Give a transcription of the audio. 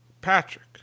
patrick